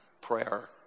prayer